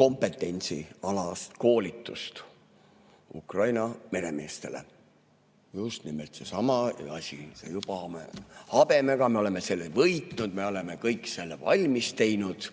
kompetentsialast koolitust Ukraina meremeestele. Just nimelt seesama asi, see juba habemega asi. Me oleme võitnud, me oleme kõik selle valmis teinud.